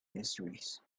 mysteries